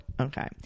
okay